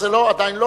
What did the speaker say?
זה עדיין לא?